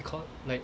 because like